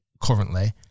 currently